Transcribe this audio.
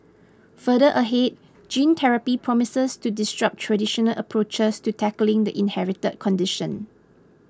further ahead gene therapy promises to distraught traditional approaches to tackling the inherited condition